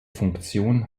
funktion